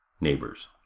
neighbors